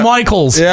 Michaels